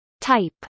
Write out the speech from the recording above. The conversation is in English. Type